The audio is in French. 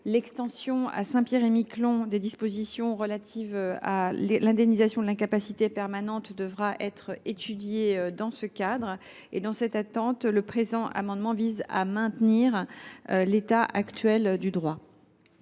L’extension à Saint Pierre et Miquelon des dispositions relatives à l’indemnisation de l’incapacité permanente devra être étudiée dans ce cadre. Dans cette attente, cet amendement vise à maintenir l’état actuel du droit.